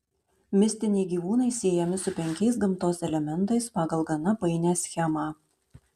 mistiniai gyvūnai siejami su penkiais gamtos elementais pagal gana painią schemą